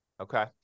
Okay